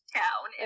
town